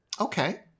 okay